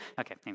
Okay